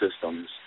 systems